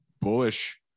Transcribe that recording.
bullish